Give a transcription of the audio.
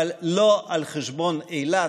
אבל לא על חשבון אילת,